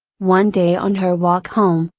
one day on her walk home,